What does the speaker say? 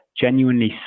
genuinely